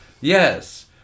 Yes